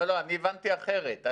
אני הבנתי אחרת.